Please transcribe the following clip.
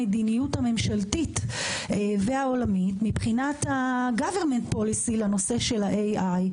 המדיניות הממשלתית והעולמית לנושא ה-AI.